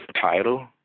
title